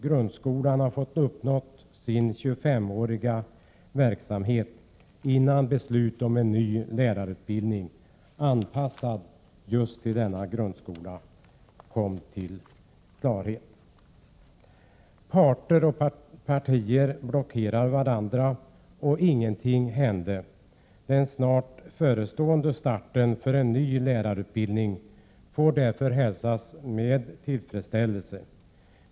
Grundskolan har uppnått sina 25 år, innan man kommer till klarhet om en lärarutbildning anpassad till just denna grundskola. Parter och partier har blockerat varandra och ingenting hände. Den snart förestående starten för en ny lärarutbildning får hälsas med tillfredsställelse.